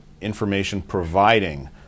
information-providing